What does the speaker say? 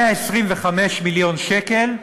125 מיליון שקל,